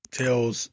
tells